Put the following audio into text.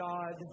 God